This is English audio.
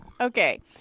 Okay